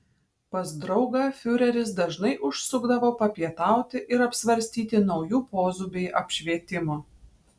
pas draugą fiureris dažnai užsukdavo papietauti ir apsvarstyti naujų pozų bei apšvietimo